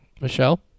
Michelle